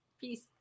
Peace